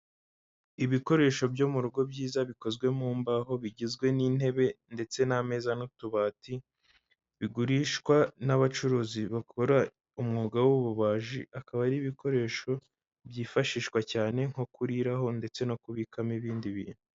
Ibikoresho byo mu rugo byiza bikozwe mu mbaho bigizwe n'intebe ndetse n'ameza n'utubati, bigurishwa n'abacuruzi bakora umwuga w'ububaji akaba ari ibikoresho byifashishwa cyane nko kuriraho ndetse no kubikamo ibindi bintu.